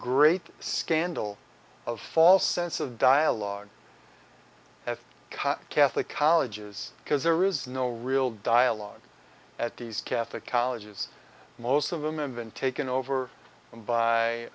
great scandal of false sense of dialogue at catholic colleges because there is no real dialogue at these catholic colleges most of them have been taken over by